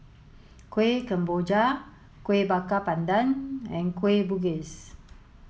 Kuih Kemboja Kuih Bakar Pandan and Kueh Bugis